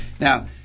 Now